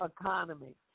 economy